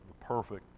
perfect